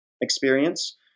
experience